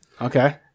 Okay